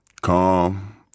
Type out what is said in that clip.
calm